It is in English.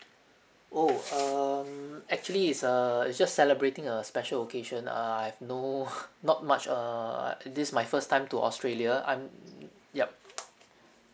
oh um actually is err is just celebrating a special occasion err I have no not much err uh this is my first time to australia I'm yup